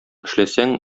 эшләсәң